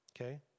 Okay